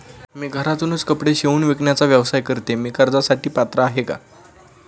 मी घरातूनच कपडे शिवून विकण्याचा व्यवसाय करते, मी कर्जासाठी पात्र आहे का?